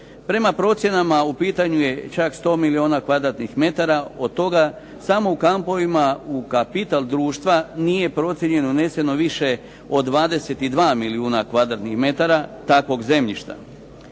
Prema procjenama u pitanju je čak 100 milijuna kvadratnih metara, od toga samo u kampovima u kapital društva nije procijenjeno i uneseno više od 22 milijuna kvadratnih metara takvog zemljišta.